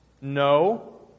No